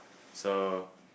so